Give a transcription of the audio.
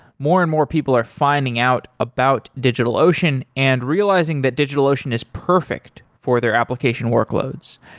more and more people are finding out about digitalocean and realizing that digitalocean is perfect for their application workloads.